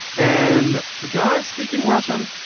and the guys speaking russian.